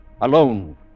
alone